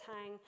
hang